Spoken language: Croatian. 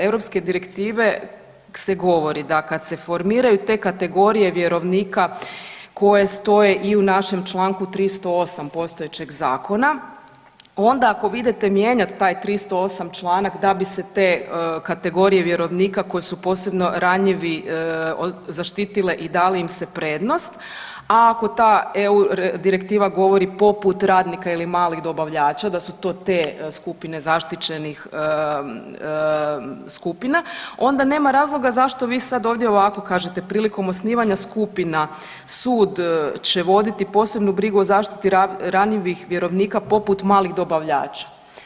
Europske direktive se govori da kad se formiraju te kategorije vjerovnika koje stoje i u našem Članku 308. postojećeg zakona onda ako vi idete mijenjati taj 308. članak da bi se te kategorije vjerovnika koji su posebno ranjivi zaštitile i dali im se prednost, a ako ta EU direktiva govori poput radnika ili malih dobavljača da su to te skupine zaštićenih skupina onda nema razloga zašto vi sad ovdje ovako kažete, prilikom osnivanja skupina sud će voditi posebnu brigu o zaštiti ranjivih vjerovnika poput malih dobavljača.